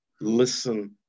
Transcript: listen